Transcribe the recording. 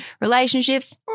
relationships